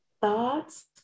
thoughts